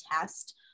test